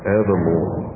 evermore